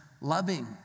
loving